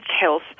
health